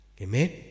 Amen